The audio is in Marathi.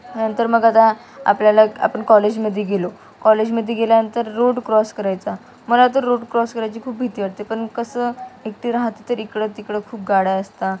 नंतर मग आता आपल्याला आपण कॉलेजमध्ये गेलो कॉलेजमध्ये गेल्यानंतर रोड क्रॉस करायचा मला आता रोड क्रॉस करायची खूप भीती वाटते पण कसं एकटी राहते तर इकडं तिकडं खूप गाड्या असतात